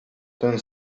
ten